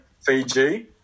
Fiji